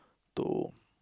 to